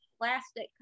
plastic